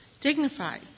dignified